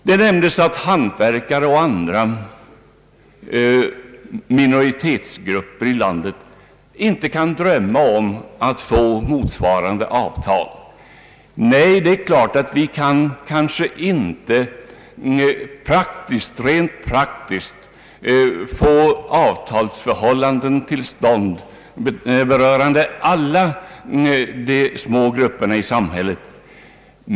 Det nämndes att hantverkare och andra minoritetsgrupper i landet inte kan drömma om att få motsvarande avtal. Nej, vi kan kanske inte rent praktiskt få till stånd avtalsförhållanden berörande alla små grupper i samhället.